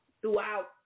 throughout